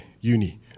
uni